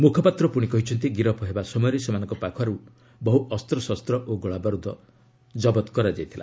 ମୁଖପାତ୍ର ପୁଣି କହିଛନ୍ତି ଗିରଫ ହେବା ସମୟରେ ସେମାନଙ୍କ ପାଖରେ ବହୁ ଅସ୍ତଶସ୍ତ ଓ ଗୋଳାବରୁଦ ଥିଲା